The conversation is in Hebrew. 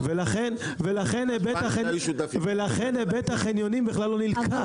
ולכן היבט החניונים בכלל לא נלקח.